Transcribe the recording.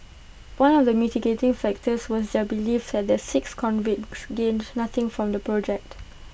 one of the mitigating factors was their belief that the six convicts gained nothing from the project